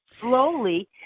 Slowly